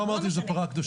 לא אמרתי שזה פרה קדושה,